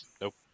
Nope